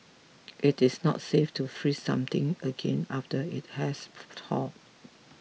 it is not safe to freeze something again after it has thawed